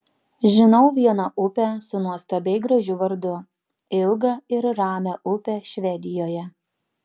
žinau vieną upę su nuostabiai gražiu vardu ilgą ir ramią upę švedijoje